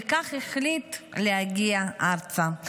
וכך החליט להגיע ארצה.